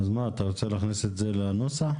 אתה רוצה להכניס את זה לנוסח?